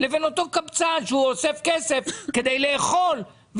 לבין אותו קבצן שאוסף כסף כדי לאכול,